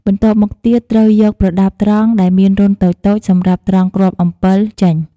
បន្ទាប់មកទៀតត្រូវយកប្រដាប់ត្រង់ដែរមានរន្ធតូចៗសម្រាប់ត្រង់គ្រាប់អំពិល ចេញ។